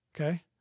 Okay